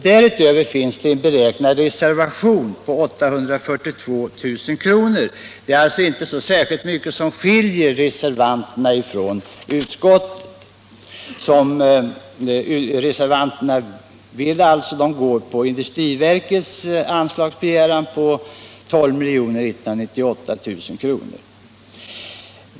Därutöver finns en beräknad reservation på 842 000 kr. Reservanterna ställer sig bakom industriverkets anslagsäskande om 12 198 000 kr.